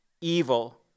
evil